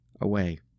away